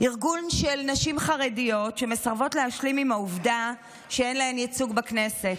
ארגון של נשים חרדיות שמסרבות להשלים עם העובדה שאין להן ייצוג בכנסת.